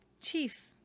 Chief